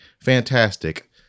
fantastic